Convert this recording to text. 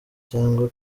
cyangwa